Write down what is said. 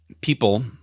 People